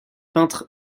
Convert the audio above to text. peintre